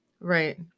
Right